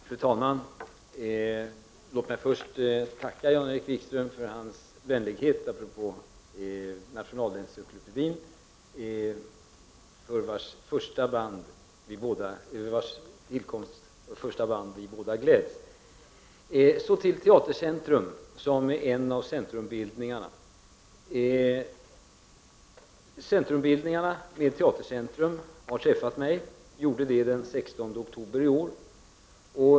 Fru talman! Låt mig först tacka Jan-Erik Wikström för hans vänlighet apropå Nationalencyklopedin. Vi gläds båda över tillkomsten av dess första band. Så till Teatercentrum, som är en av centrumbildningarna. Centrumbildningarna med Teatercentrum träffade mig den 16 oktober i år.